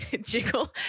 jiggle